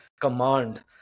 command